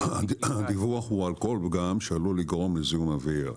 הדיווח הוא על כלל פגם שעלול לגרום לזיהום אוויר.